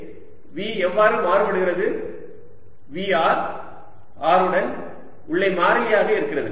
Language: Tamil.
Z R VzσR20zz R R zσR04πσR24π0RQ4π0R எனவே V எவ்வாறு மாறுபடுகிறது VR R உடன் உள்ளே மாறிலியாக இருக்கிறது